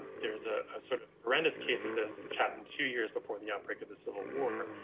there's a sort of horrendous case of this which happened two years before the outbreak of the civil war,